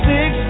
Six